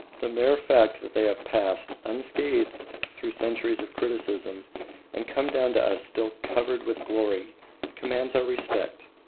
the mere fact that they have passed unscathed through centuries of criticism and come down to us still covered with glory commands our respect.